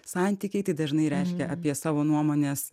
santykiai tai dažnai reiškia apie savo nuomonės